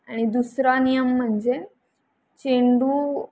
आणि दुसरा नियम म्हणजे चेंडू